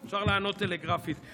אפשר לענות טלגרפית.